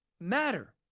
matter